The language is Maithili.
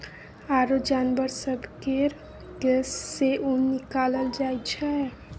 आरो जानबर सब केर केश सँ ऊन निकालल जाइ छै